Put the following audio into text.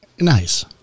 Nice